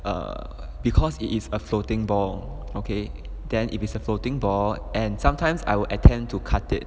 err because it is a floating ball okay then if it's a floating ball and sometimes I will attempt to cut it